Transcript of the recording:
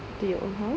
to your own house